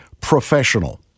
professional